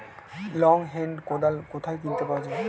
Long handle কোদাল কোথায় কিনতে পাওয়া যায়?